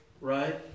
right